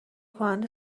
کننده